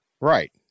Right